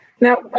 Now